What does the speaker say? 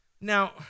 Now